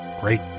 great